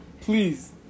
Please